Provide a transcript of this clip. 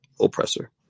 oppressor